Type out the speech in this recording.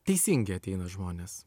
teisingi ateina žmonės